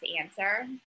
answer